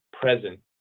present